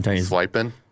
Swiping